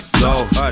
slow